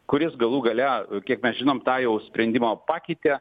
kuris galų gale kiek mes žinom tą jau sprendimą pakeitė